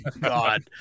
god